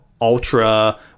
ultra